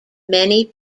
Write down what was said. many